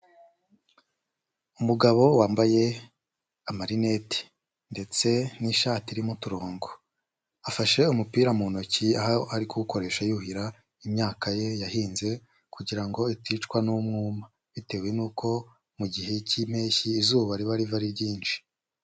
Umugabo wambaye amarinete ndetse n'ishati irimo uturongo, afashe umupira mu ntoki aho ari kuwukoresha yuhira imyaka ye yahinze kugira ngo iticwa n'umwuma bitewe n'uko mu gihe cy'impeshyi izuba riba riva ari ryinshi.